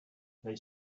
they